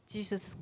Jesus